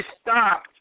stop